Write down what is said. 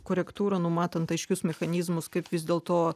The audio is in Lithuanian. korektūra numatant aiškius mechanizmus kaip vis dėlto